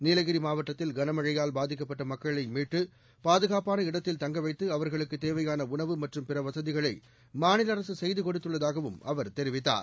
நீலகிரி மாவட்டத்தில் களமளழபால் பாதிக்கட்டட்ட மக்களை மீட்டு பாதுகாப்பாள் இடத்தில் தங்களவத்து அவர்களுக்குத் தேவையாள உணவு மற்றும் பிற வசதிகளை மாநில அரசு செய்து கொடுத்துள்ளதாகவும் அவர் தெரிவித்தார்